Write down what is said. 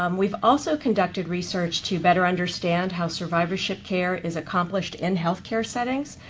um we've also conducted research to better understand how survivorship care is accomplished in health care settings.